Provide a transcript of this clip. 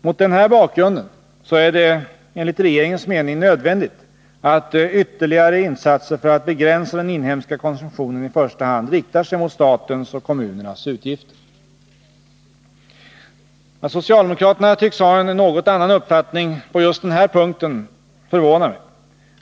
Mot den här bakgrunden är det enligt regeringens mening nödvändigt att ytterligare insatser för att begränsa den inhemska konsumtionen i första hand riktar sig mot statens och kommunernas utgifter. Att socialdemokraterna tycks ha en något annan uppfattning på just denna punkt förvånar mig.